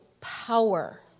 power